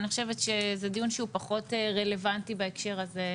אני חושבת שזה דיון שהוא פחות רלוונטי בהקשר הזה.